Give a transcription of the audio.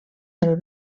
del